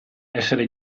essere